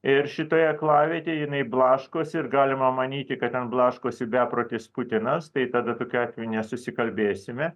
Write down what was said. ir šitoje aklavietėje jinai blaškosi ir galima manyti kad ten blaškosi beprotis putinas tai tada tokiu atveju nesusikalbėsime